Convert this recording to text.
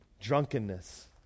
drunkenness